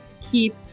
keep